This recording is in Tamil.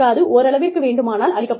ஓரளவிற்கு வேண்டுமானால் அளிக்கப்படலாம்